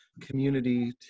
community